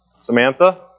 Samantha